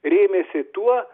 rėmėsi tuo